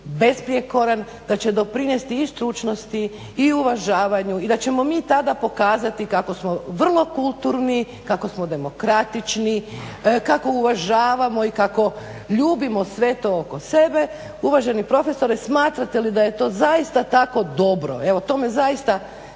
besprijekoran da će doprinijeti i stručnosti i uvažavanju i da ćemo mi tada pokazati kako smo vrlo kulturni, kako smo demokratični, kako uvažavamo i kako ljubimo sve to oko sebe. Uvaženi profesore smatrate li da je to zaista tako dobro? Evo to me zaista